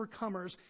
overcomers